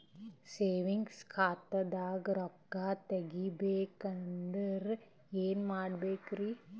Savings ಖಾತಾದಾಗ ರೊಕ್ಕ ತೇಗಿ ಬೇಕಾದರ ಏನ ಮಾಡಬೇಕರಿ?